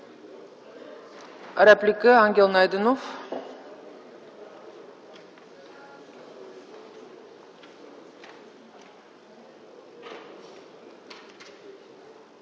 Реплика – Ангел Найденов.